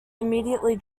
immediately